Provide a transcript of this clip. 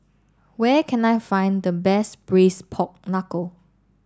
where can I find the best Braised Pork Knuckle